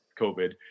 COVID